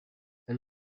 and